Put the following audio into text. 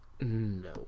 no